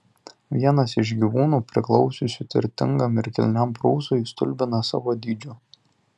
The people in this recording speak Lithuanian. vienas iš gyvūnų priklausiusių turtingam ir kilmingam prūsui stulbina savo dydžiu